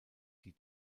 die